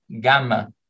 gamma